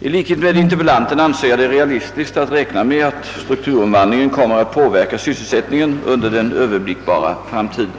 I likhet med interpellanten anser jag det realistiskt att räkna med att strukturomvandlingen kommer att påverka sysselsättningen under den överblickbara framtiden.